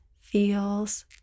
feels